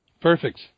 Perfect